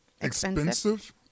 Expensive